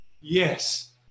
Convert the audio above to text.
Yes